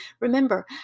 Remember